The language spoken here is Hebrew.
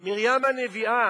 מרים הנביאה,